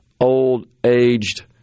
old-aged